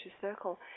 circle